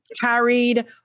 carried